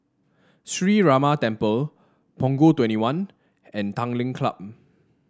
Sree Ramar Temple Punggol Twenty one and Tanglin Club